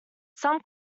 some